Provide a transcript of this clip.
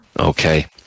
Okay